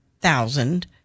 thousand